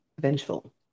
vengeful